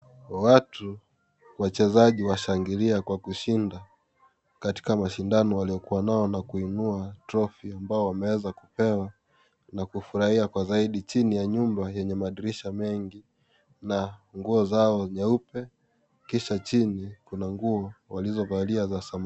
Watu wachezaji washangilia kwa kushinda katika mashindano waliokua nao na kuinua trophy ambao wameweza kupewa na kufurahia kwa zaidi chini ya nyumba yenye madirisha mengi na nguo zao nyeupe kisha chini kuna nguo waliovalia za samawati.